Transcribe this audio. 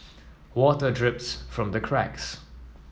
water drips from the cracks